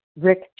Rick